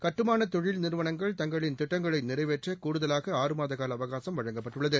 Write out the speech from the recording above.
கட்டுமான தொழில் நிறுவனங்கள் தங்களின் திட்டங்களை நிறைவேற்ற கூடுதலாக ஆறு மாத கால அவகாசம் வழங்கப்பட்டுள்ளது